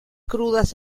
crudas